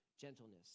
gentleness